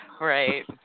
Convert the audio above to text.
Right